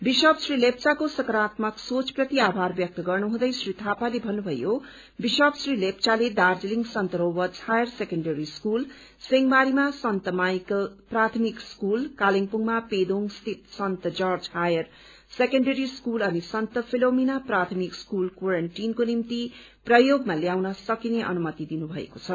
bishop Shri लेप्चाको सकारात्मक सोच प्रति आभार व्यक्त गर्नुहुँदै श्री थापाले भन्नुभयो विशप श्री लेप्चाले दार्जीलिङ सन्त रोबर्ट हायर सेकेण्ड्री स्कूल सिंहमारीमा सन्त माइकल प्राथमिक स्कूल कालेबुङमा पेदोङ स्थित सन्त जर्ज हायर सेकेण्ड्री स्कूल अनि सन्त फिलोमिना प्राथमिक स्कूल क्वारान्टाइनको निम्ति प्रयोगमा ल्याउन सकिने अनुमति दिनुभएको छ